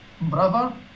brother